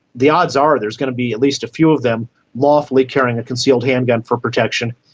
the odds are there's going to be at least a few of them lawfully carrying a concealed handgun for protection.